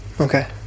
okay